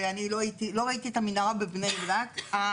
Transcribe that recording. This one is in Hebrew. ואני לא ראיתי את המנהרה בבני ברק,